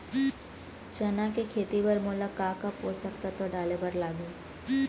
चना के खेती बर मोला का का पोसक तत्व डाले बर लागही?